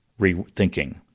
rethinking